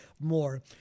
more